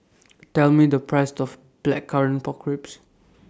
Tell Me The Price of Blackcurrant Pork Ribs